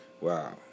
Wow